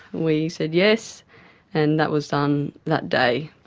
we said yes and that was done that day.